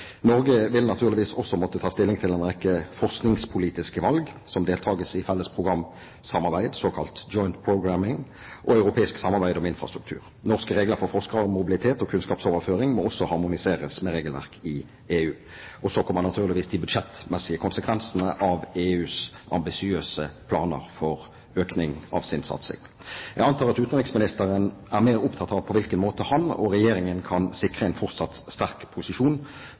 Norge vil naturligvis også måtte ta stilling til en rekke forskningspolitiske valg, som deltakelse i felles programsamarbeid, såkalt «Joint Programming», og europeisk samarbeid om infrastruktur. Norske regler for forskermobilitet og kunnskapsoverføring må også harmoniseres med regelverket i EU. Så kommer naturligvis de budsjettmessige konsekvensene av EUs ambisiøse planer for økning av sin satsing. Jeg antar at utenriksministeren er mer opptatt av på hvilken måte han og Regjeringen kan sikre en fortsatt sterk posisjon